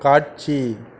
காட்சி